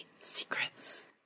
secrets